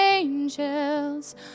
angels